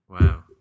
Wow